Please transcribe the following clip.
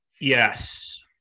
Yes